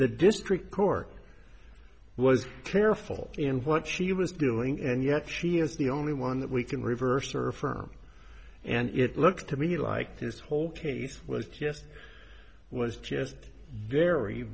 the district court he was careful in what she was doing and yet she is the only one that we can reverse or firm and it looked to me like this whole case was just was just very